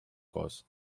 koos